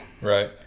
Right